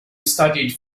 studied